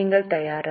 நீங்கள் தயாரா